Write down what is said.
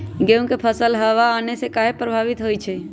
गेंहू के फसल हव आने से काहे पभवित होई छई?